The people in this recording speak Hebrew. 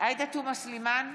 עאידה תומא סלימאן,